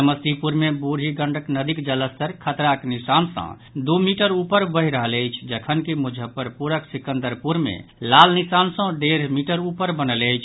समस्तीपुर मे बूढ़ी गंडक नदीक जलस्तर खतराक निशान सँ दू मीटर ऊपर बहि रहल अछि जखनकि मुजफ्फरपुरक सिकंदरपुर मे लाल निशान सँ डेढ़ मीटर ऊपर बनल अछि